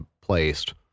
placed